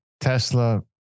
Tesla